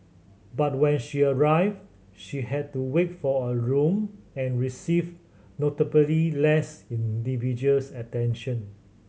but when she arrived she had to wait for a room and received notably less individuals attention